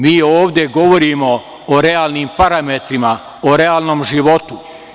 Mi ovde govorimo o realnim parametrima, o realnom životu.